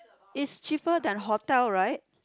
is cheaper than hotel right